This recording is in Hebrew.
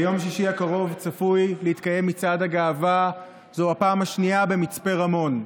ביום שישי הקרוב צפוי להתקיים מצעד הגאווה זו הפעם השנייה במצפה רמון.